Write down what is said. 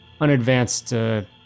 unadvanced